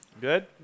Good